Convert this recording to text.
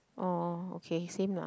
oh okay same lah